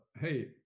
hey